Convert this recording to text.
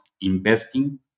investing